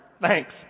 Thanks